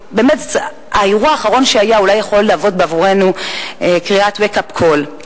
האירוע האחרון היה אולי יכול להוות בעבורנו wake up call,